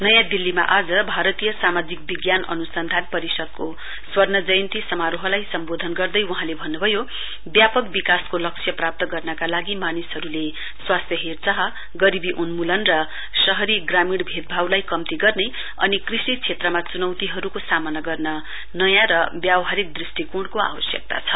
नयाँ दिल्लीमा आज भारतीय सामाजिक विज्ञान अनुसन्धान परिषदको स्वर्ण जयन्ती समारोहलाई सम्बोधन गर्दै वहाँले भन्नुभयो व्यापक विकासको लक्ष्य प्राप्त गर्नका लागि मानिसहरुको स्वास्थ्य हेरचार गरीवी उन्मूलन र शहरी ग्रामीण भेदभावलाई कम्ती गर्ने अनि कृषि क्षेत्रका चुनौतीहरुको सामना गर्न नयाँ र व्यावहारिक दृस्टिको कोणको आवश्यकता छ